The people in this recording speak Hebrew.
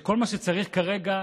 כל מה שצריך כרגע,